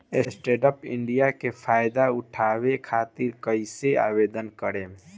Stand up India के फाइदा उठाओ खातिर कईसे आवेदन करेम?